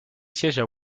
siègent